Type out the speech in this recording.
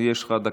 יש לך דקה.